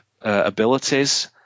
abilities